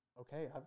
okay